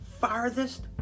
farthest